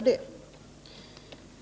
Onsdagen den